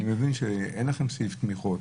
אני מבין שאין לכם סעיף תמיכות.